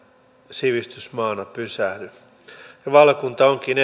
sivistysmaana pysähtyy valiokunta onkin